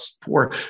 poor